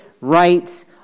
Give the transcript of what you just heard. rights